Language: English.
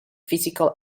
physical